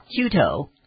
Cuto